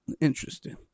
Interesting